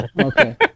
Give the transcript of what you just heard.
Okay